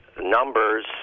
numbers